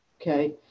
okay